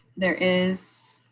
there is,